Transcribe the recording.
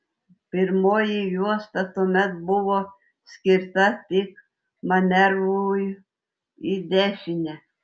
pirmoji juosta tuomet buvo skirta tik manevrui į dešinę